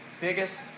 biggest